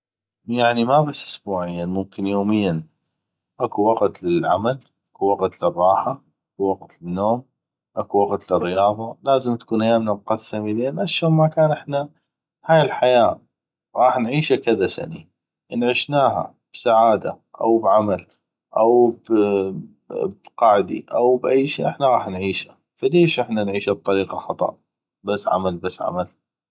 يعني ما بس اسبوعيا ممكن يوميا اكو وقت للعمل اكو وقت للراحة اكو وقت للنوم اكو وقت للرياضة لازم تكون ايامنا مقسمي لان اشون ما كان احنا هاي الحياة غاح نعيشه كذا سني أن عشناها بسعاده أو بعمل أو بقعدي أو ب أي شي ف احنا غاح نعيشه ف ليش احنا نعيشه بطريقة خطأ بس عمل بس عمل